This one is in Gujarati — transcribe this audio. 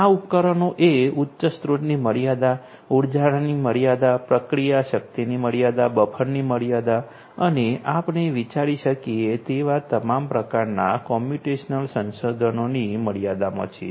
આ ઉપકરણો એ ઉચ્ચ સ્ત્રોતની મર્યાદા ઉર્જાની મર્યાદા પ્રક્રિયા શક્તિની મર્યાદા બફરની મર્યાદા અને આપણે વિચારી શકી એવા તમામ પ્રકારના કમ્પ્યુટેશનલ સંસાધનોની મર્યાદામાં છીએ